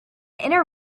inter